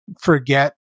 forget